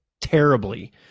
Terribly